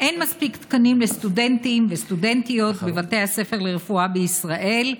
אין מספיק תקנים לסטודנטים וסטודנטיות בבתי הספר לרפואה בישראל,